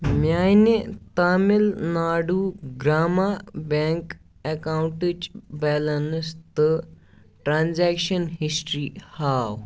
میانہِ تامِل ناڈوٗ گرٛاما بیٚنٛک اکاونٹٕچ بیلنس تہٕ ٹرانزیکشن ہسٹری ہاو